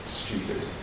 stupid